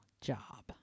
job